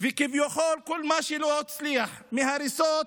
וכביכול כל מה שלא הצליח מהריסות